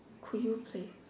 could you play